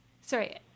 Sorry